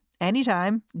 anytime